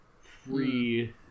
free